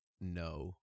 no